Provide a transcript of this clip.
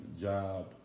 job